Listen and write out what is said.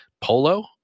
Polo